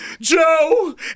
Joe